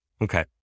Okay